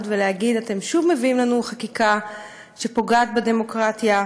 ולהגיד: אתם שוב מביאים לנו חקיקה שפוגעת בדמוקרטיה,